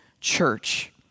church